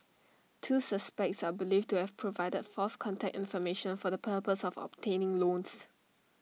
two suspects are believed to have provided false contact information for the purpose of obtaining loans